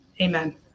Amen